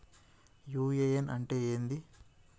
UAN అంటే ఏంది?